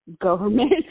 government